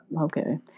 okay